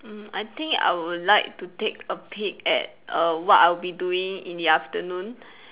mm I think I would like to take a peek at err what I'll be doing in the afternoon